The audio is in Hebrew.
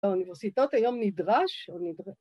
‫באוניברסיטאות היום נדרש או נדרש?